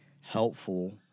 helpful